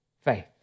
faith